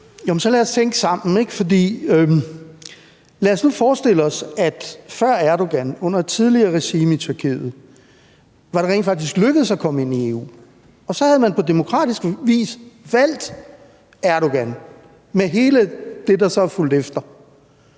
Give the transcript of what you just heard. lad os tænke sammen. Lad os nu forestille os, at det før Erdogan – under tidligere regime i Tyrkiet – rent faktisk var lykkedes at komme ind i EU, og så havde man på demokratisk vis valgt Erdogan med hele det forløb, der så er fulgt efter.